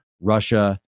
Russia